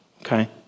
okay